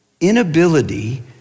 inability